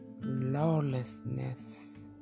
lawlessness